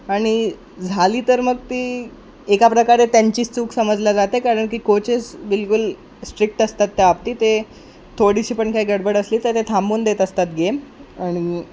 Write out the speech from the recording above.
आणि झाली तर मग ती एका प्रकारे त्यांची चूक समजल्या जाते कारण की कोचेस बिलकुल स्ट्रिक्ट असतात त्या बाबतीत ते थोडीशी पण काही गडबड असली तर ते थांबून देत असतात गेम आणि